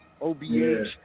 OBH